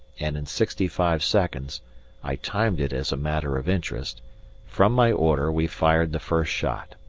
and in sixty-five seconds i timed it as a matter of interest from my order we fired the first shot.